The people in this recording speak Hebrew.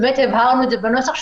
הבהרנו את זה בנוסח,